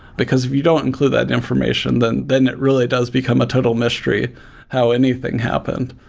because if you don't include that information, then then it really does become a total mystery how anything happened.